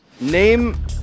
Name